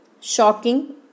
shocking